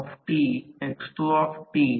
त्याचप्रमाणे मध्यांतर तीन पॉवर फॅक्टर 0